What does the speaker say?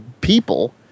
people